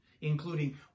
including